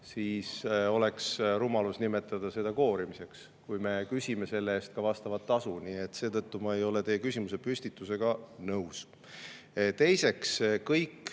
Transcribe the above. siis oleks rumalus nimetada seda koorimiseks, kui me küsime selle eest ka vastavat tasu. Nii et seetõttu ma ei ole teie küsimuse püstitusega nõus. Teiseks, kõik